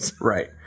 Right